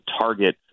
target